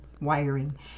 wiring